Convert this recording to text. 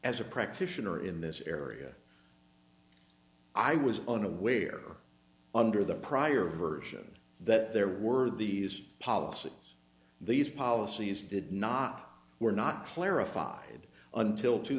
as a practitioner in this area i was unaware under the prior version that there were these policies these policies did not were not clarified until two